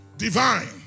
Divine